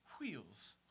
wheels